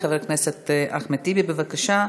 חבר הכנסת אחמד טיבי, בבקשה.